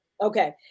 Okay